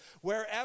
wherever